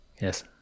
yes